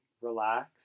relax